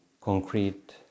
concrete